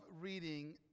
reading